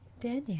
Daniel